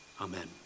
amen